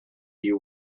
you